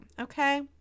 okay